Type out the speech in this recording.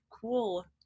cool